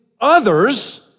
others